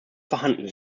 vorhanden